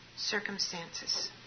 circumstances